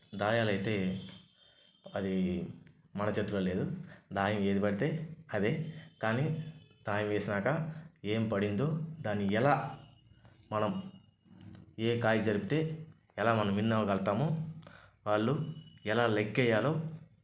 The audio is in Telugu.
దాయాలు అయితే అది మన చేతిలో లేదు దాయం ఏది పడితే అదే కానీ దాయం వేసినాక ఏం పడిందో దాన్ని ఎలా మనం ఏ కాయ జరిపితే ఎలా మనం విన్ అవగలుగు తామో వాళ్లు ఎలా లెక్క వేయాలో